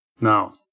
Now